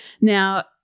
Now